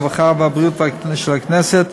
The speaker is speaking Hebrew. הרווחה והבריאות של הכנסת,